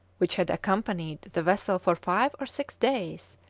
which had accompanied the vessel for five or six days,